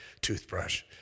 toothbrush